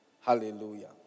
Hallelujah